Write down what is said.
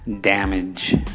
damage